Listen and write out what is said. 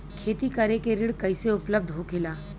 खेती करे के ऋण कैसे उपलब्ध होखेला?